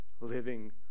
living